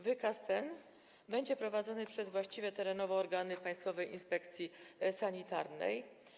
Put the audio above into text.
Wykaz ten będzie prowadzony przez właściwe terenowo organy Państwowej Inspekcji Sanitarnej.